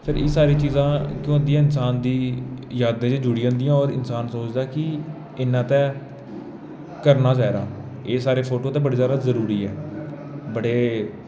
फिर एह् सारियां चीजां केह् होंदियां इन्सान दी यादें च जुड़ी जंदियां और इन्सान सोचदा कि इन्ना ते ऐ करना गै एह् साढ़े फोटो ते बड़े जैदा जरूरी ऐ बड़े